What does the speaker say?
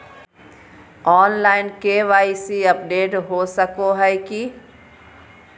Online KYC update हो सको है की?